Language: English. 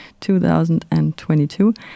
2022